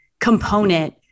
component